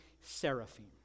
seraphim